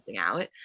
out